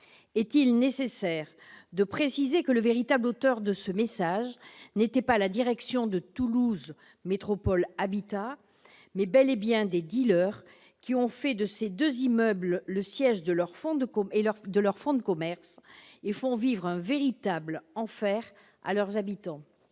Est-il nécessaire de préciser que le véritable auteur de ce message n'était pas la direction de Toulouse Métropole Habitat, mais bel et bien des dealers qui ont fait de ces deux immeubles le siège de leur fonds de commerce et font vivre un véritable enfer à leurs habitants.